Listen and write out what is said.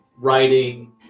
writing